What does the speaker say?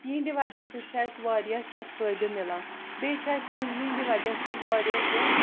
یِہٕنٛدِ وجہ سۭتۍ چھُ اَسہِ واریاہ کیٚنٛہہ فٲیدٕ میلان بیٚیہِ چھُ اَسہِ یِہٕنٛدِ وجہ سۭتۍ واریاہ کیٚنٛہہ